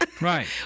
Right